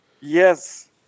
Yes